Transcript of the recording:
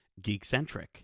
Geekcentric